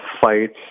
fights